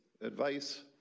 Advice